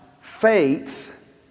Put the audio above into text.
faith